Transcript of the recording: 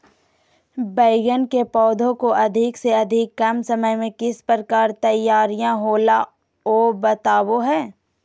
बैगन के पौधा को अधिक से अधिक कम समय में किस प्रकार से तैयारियां होला औ बताबो है?